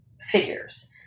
figures